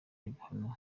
ibihano